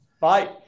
Bye